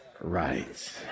right